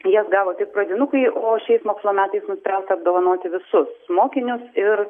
jas gavo tik pradinukai o šiais mokslo metais nuspręsta apdovanoti visus mokinius ir